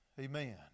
Amen